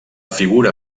figura